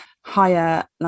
higher